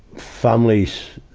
families,